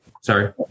Sorry